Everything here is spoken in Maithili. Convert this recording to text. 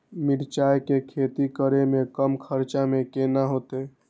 मिरचाय के खेती करे में कम खर्चा में केना होते?